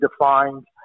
defined